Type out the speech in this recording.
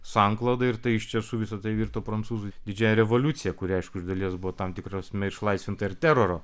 sanklodą ir tai iš tiesų visa tai virto prancūzų didžiąja revoliucija kuri aišku iš dalies buvo tam tikra prasme išlaisvinta ir teroro